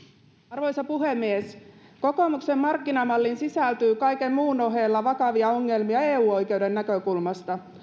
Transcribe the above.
arvoisa puhemies kokoomuksen markkinamalliin sisältyy kaiken muun ohella vakavia ongelmia eu oikeuden näkökulmasta